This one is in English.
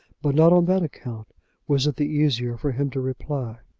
but not on that account was it the easier for him to reply.